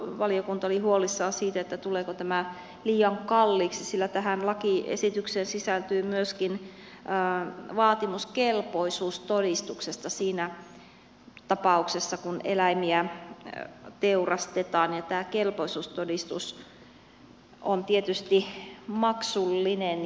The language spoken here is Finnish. valiokunta oli huolissaan siitä tuleeko tämä liian kalliiksi sillä tähän lakiesitykseen sisältyy myöskin vaatimus kelpoisuustodistuksesta siinä tapauksessa kun eläimiä teurastetaan ja tämä kelpoisuustodistus on tietysti maksullinen